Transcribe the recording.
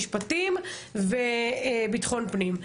משפטים וביטחון פנים.